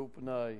פנאי,